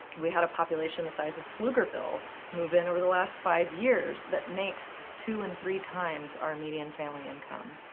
we had a population the size of pflugerville move in over the last five years that makes two and three times our median family income.